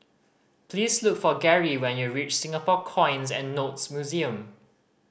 please look for Garry when you reach Singapore Coins and Notes Museum